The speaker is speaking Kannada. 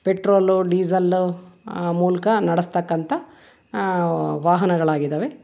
ಪೆಟ್ರೋಲು ಡೀಸಲ್ಲು ಮೂಲಕ ನಡೆಸ್ತಕ್ಕಂಥ ವಾಹನಗಳಾಗಿದ್ದಾವೆ